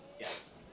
Yes